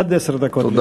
עד עשר דקות לרשותך.